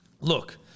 look